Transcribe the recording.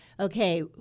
okay